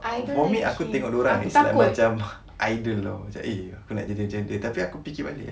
for me aku tengok diorang is like macam idol [tau] macam eh aku nak jadi macam dia tapi aku fikir balik eh